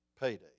payday